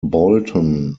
bolton